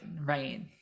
right